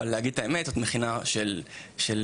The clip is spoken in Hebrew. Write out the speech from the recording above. ולהגיד את האמת המכינה היא מכינה של יוצאים,